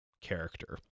character